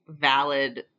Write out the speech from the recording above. valid